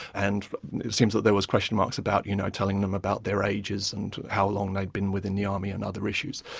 and it seems that there was question marks about, you know, telling them about their ages and how long they'd been within the army and other issues.